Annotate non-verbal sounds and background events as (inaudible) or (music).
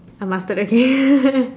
uh mustard okay (laughs)